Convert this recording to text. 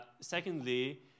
Secondly